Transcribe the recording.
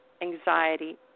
anxiety